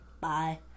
bye